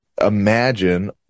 imagine